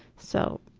so,